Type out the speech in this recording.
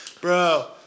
bro